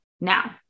now